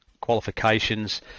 qualifications